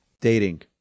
Dating